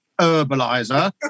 Herbalizer